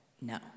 no